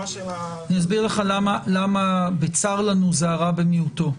אסביר לך למה בצר לנו זה הרע במיעוטו.